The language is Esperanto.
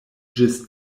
ĝis